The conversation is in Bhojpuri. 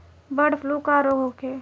बडॅ फ्लू का रोग होखे?